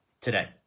Today